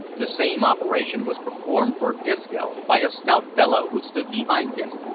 the same operation was performed for disco, by a stout fellow who stood behind him,